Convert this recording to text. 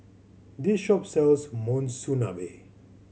this shop sells Monsunabe